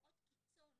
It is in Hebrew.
מסגרות קיצון